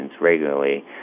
regularly